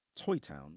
Toytown